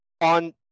on